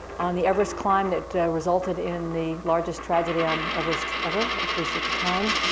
on the everest climb that resulted in the largest tragedy on everest ever, at least at the time.